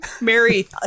Mary